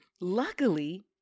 Luckily